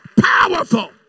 powerful